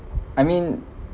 I mean